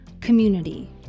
community